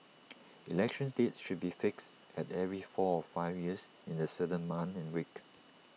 election dates should be fixed at every four or five years in A certain month and week